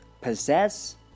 possess